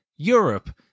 Europe